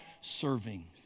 serving